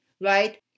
right